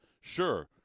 sure